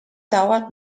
dauert